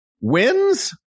wins